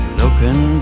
looking